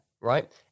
Right